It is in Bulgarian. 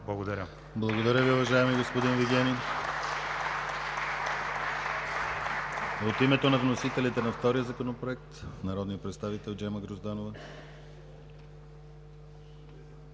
Благодаря Ви, уважаеми господин Вигенин. От името на вносителите на втория Законопроект – народният представител Джема Грозданова.